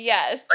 Yes